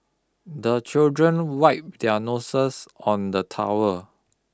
the children wipe their noses on the towel